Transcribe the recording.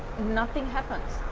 nothing happens.